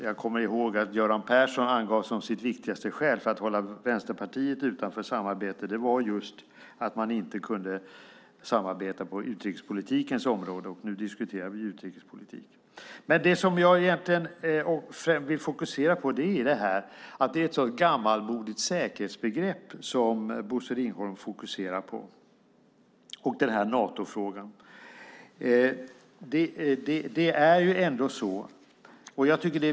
Jag kommer ihåg att det som Göran Persson angav som sitt viktigaste skäl för att hålla Vänsterpartiet utanför samarbete var just att man inte kunde samarbeta på utrikespolitikens område, och nu diskuterar vi ju utrikespolitik. Det jag egentligen främst vill fokusera på är dock att det är ett så gammalmodigt säkerhetsbegrepp som Bosse Ringholm fokuserar på när det gäller Natofrågan.